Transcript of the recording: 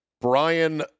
Brian